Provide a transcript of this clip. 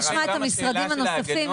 נשמע את המשרדים הנוספים,